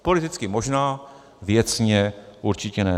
Politicky možná, věcně určitě ne.